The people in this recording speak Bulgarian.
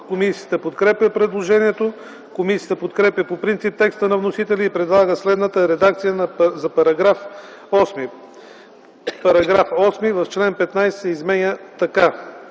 Комисията подкрепя предложението. Комисията подкрепя по принцип текста на вносителя и предлага следната редакция за § 80, който става § 79: „§ 79. Член 101 се изменя така: